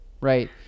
Right